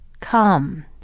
Come